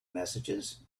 messages